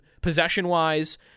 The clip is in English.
possession-wise